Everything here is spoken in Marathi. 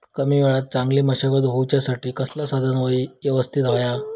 कमी वेळात चांगली मशागत होऊच्यासाठी कसला साधन यवस्तित होया?